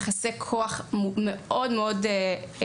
ויש יחסי כוח מאוד ספציפיים,